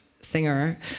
singer